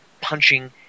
punching